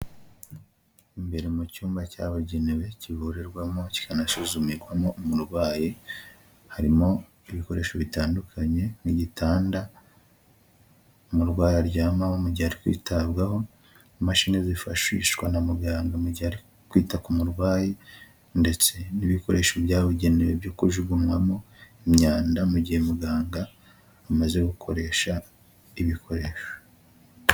Imbere mu cyumba cyabugenewe kivurirwamo, kikanasuzumirwamo umurwayi, harimo ibikoresho bitandukanye n'igitanda umurwayi aryamaho mu gihe ari kwitabwaho, Imashini zifashishwa na muganga mu gihe ari kwita ku murwayi, ndetse n'ibikoresho byabugenewe byo kujugunywamo imyanda mu gihe muganga amaze gukoresha ibikoresho.